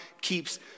keeps